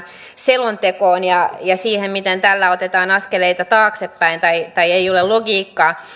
selontekoon ja ja siihen miten tällä otetaan askeleita taaksepäin tai että tässä ei ole logiikkaa